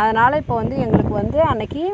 அதனால் இப்போ வந்து எங்களுக்கு வந்து அன்னக்கு